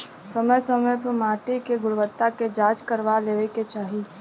समय समय पे माटी के गुणवत्ता के जाँच करवा लेवे के चाही